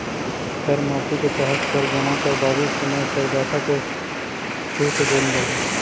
कर माफी के तहत कर जमा करवावित समय करदाता के सूट देल जाऽ हई